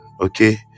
okay